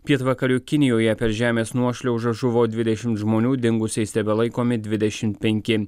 pietvakarių kinijoje per žemės nuošliaužą žuvo dvidešimt žmonių dingusiais tebelaikomi dvidešimt penki